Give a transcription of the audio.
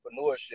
entrepreneurship